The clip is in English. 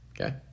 okay